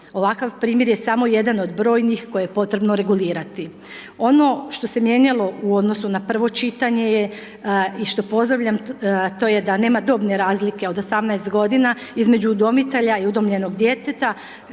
Ovakav primjer je samo jedan od brojnih koje je potrebno regulirati. Ono što se mijenjalo u odnosu na prvo čitanje, i što pozdravljam, to je da nema dobne razlike od 18 godine između udomitelja i udomljenog djeteta